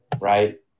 right